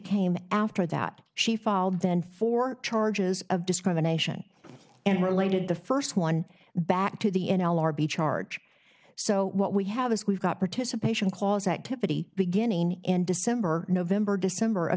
came after that she filed then for charges of discrimination and related the first one back to the n l r b charge so what we have is we've got participation clause activity beginning in december november december of